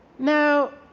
now